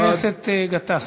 חבר הכנסת גטאס,